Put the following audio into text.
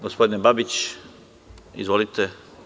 Gospodine Babiću, izvolite.